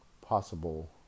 possible